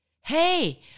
Hey